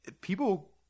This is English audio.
people